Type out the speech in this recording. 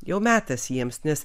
jau metas jiems nes